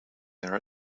there